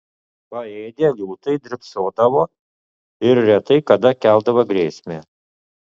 paėdę liūtai drybsodavo ir retai kada keldavo grėsmę